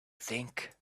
think